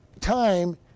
time